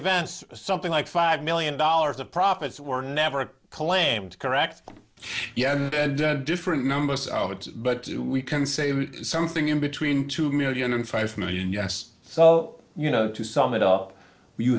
events something like five million dollars of profits were never claimed to correct yeah and different numbers of it but we can say something in between two million and five million yes so you know to sum it up you